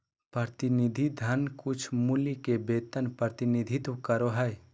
प्रतिनिधि धन कुछमूल्य के वेतन प्रतिनिधित्व करो हइ